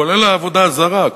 כולל העבודה הזרה,